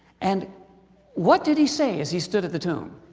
and what did he say, as he stood at the tomb?